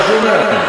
לא שומע.